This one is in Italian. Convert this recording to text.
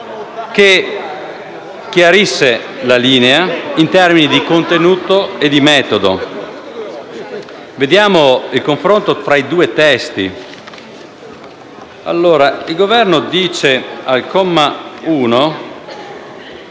che chiarisse la linea in termini di contenuto e di metodo. Vediamo il confronto tra i due testi. Il Governo dice, al comma 1